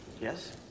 Yes